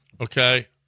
Okay